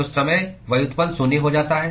तो समय व्युत्पन्न शून्य हो जाता है